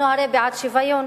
אנחנו הרי בעד שוויון